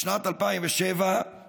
בשנת 2007 נפאע,